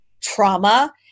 trauma